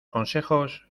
consejos